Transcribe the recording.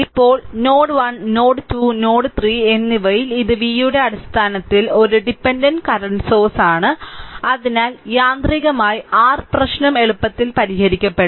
ഇപ്പോൾ node 1 node 2 node 3 എന്നിവയിൽ ഇത് v യുടെ അടിസ്ഥാനത്തിൽ ഒരു ഡിപെൻഡന്റ് കറന്റ് സോഴ്സ് ആണ് അതിനാൽ യാന്ത്രികമായി r പ്രശ്നം എളുപ്പത്തിൽ പരിഹരിക്കപ്പെടും